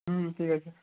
হুম ঠিক আছে